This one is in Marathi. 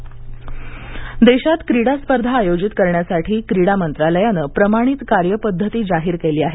क्रीडा मंत्रालय देशात क्रीडा स्पर्धा आयोजित करण्यासाठी क्रीडा मंत्रालयानं प्रमाणित कार्यपद्धती जाहीर केली आहे